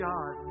God